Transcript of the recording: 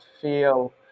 feel